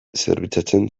zerbitzatzen